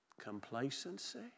Complacency